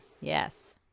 yes